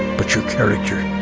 but your character.